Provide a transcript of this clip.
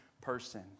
person